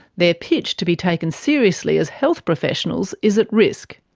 their pitch to be taken seriously as health professionals is at risk.